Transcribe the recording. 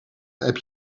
heb